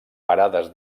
parades